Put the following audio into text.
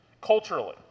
culturally